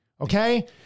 Okay